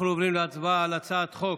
אנחנו עוברים להצבעה על הצעת חוק,